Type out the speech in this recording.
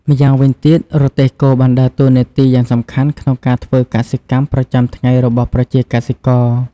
ម្យ៉ាងវិញទៀត រទេះគោបានដើរតួនាទីយ៉ាងសំខាន់ក្នុងការធ្វើកសិកម្មប្រចាំថ្ងៃរបស់ប្រជាកសិករ។